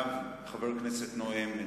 חבר כנסת נואם,